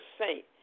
saint